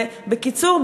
בקיצור,